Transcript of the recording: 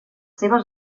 seves